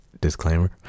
Disclaimer